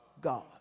God